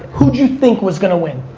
who'd you think was gonna win,